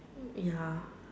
ya